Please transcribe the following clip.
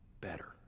better